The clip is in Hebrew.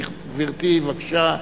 גברתי, בבקשה.